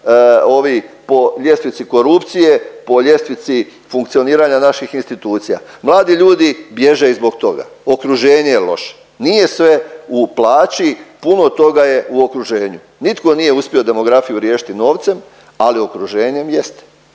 ovi po ljestvici korupcije, po ljestvici funkcioniranja naših institucija. Mladi ljudi bježe i zbog toga, okruženje je loše. Nije sve u plaći, puno toga je u okruženju. Nitko nije uspio demografiju riješiti novcem ali okruženjem jeste.